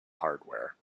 hardware